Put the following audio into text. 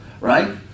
right